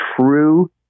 True